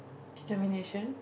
determination